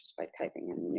by typing